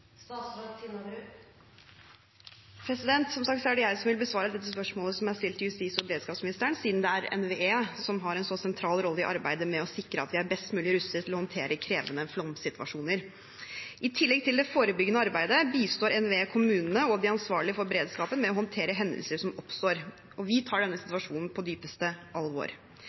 Som sagt vil jeg besvare dette spørsmålet som er stilt til justis- og beredskapsministeren, siden det er NVE som har en så sentral rolle i arbeidet med å sikre at vi er best mulig rustet til å håndtere krevende flomsituasjoner. I tillegg til det forebyggende arbeidet bistår NVE kommunene og de ansvarlige for beredskapen med å håndtere hendelser som oppstår, og vi tar denne situasjonen på dypeste alvor.